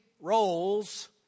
roles